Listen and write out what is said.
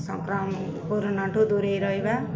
ସଂକ୍ରାମଣ ଠୁ ଦୂରେଇ ରହିବା